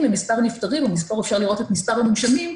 ולמספר נפטרים ואפשר לראות את מספר המונשמים,